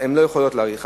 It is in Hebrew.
הן לא יכולות להאריך.